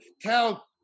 tell